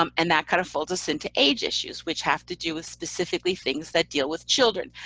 um and that kind of folds us into age issues, which have to do with specifically things that deal with children.